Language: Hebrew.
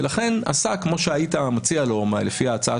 ולכן עשה כמו שהיית מציע לו לפי ההצעה